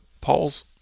Paul's